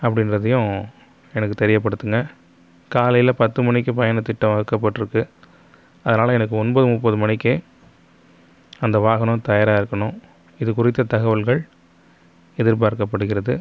அப்படின்றதையும் எனக்கு தெரியப்படுத்துங்க காலையில் பத்துமணிக்கு பயணத்திட்டம் வகுக்கப்பட்ருக்குது அதனாலே எனக்கு ஒன்பது முப்பது மணிக்கே அந்த வாகனம் தயாராக இருக்கணும் இது குறித்த தகவல்கள் எதிர்பார்க்கப்படுகிறது